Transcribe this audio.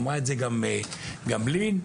אמרה את זה גם לין קפלן.